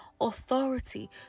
authority